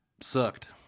sucked